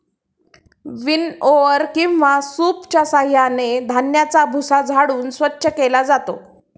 विनओवर किंवा सूपच्या साहाय्याने धान्याचा भुसा झाडून स्वच्छ केला जातो